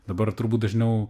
dabar turbūt dažniau